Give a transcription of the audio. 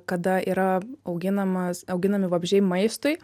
kada yra auginamas auginami vabzdžiai maistui